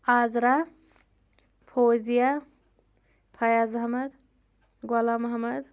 Azra Fouzia Fayaz Ahmad Ghulam Ahmad